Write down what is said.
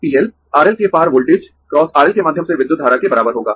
PL RL के पार voltage × R L के माध्यम से विद्युत धारा के बराबर होगा